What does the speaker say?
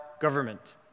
government